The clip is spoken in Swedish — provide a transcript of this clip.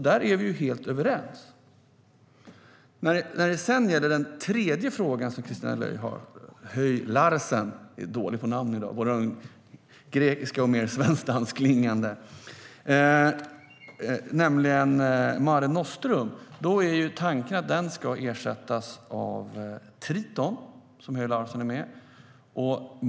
Där är vi helt överens. När det sedan gäller den tredje frågan som Christina Höj Larsen tog upp, nämligen Mare Nostrum, är tanken att den ska ersättas av Triton.